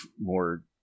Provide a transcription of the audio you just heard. more